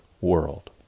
world